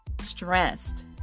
stressed